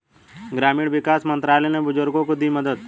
ग्रामीण विकास मंत्रालय ने बुजुर्गों को दी मदद